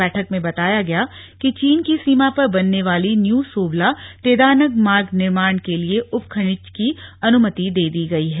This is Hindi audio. बैठक में बताया गया कि चीन की सीमा पर बनने वाली न्यू सोबला तेदानग मार्ग निर्माण के लिए उपखनिज की अनुमति दे दी गई है